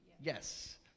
Yes